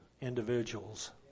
individuals